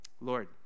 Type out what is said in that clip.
Lord